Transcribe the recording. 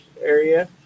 area